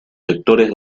sectores